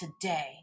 today